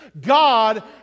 God